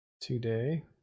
today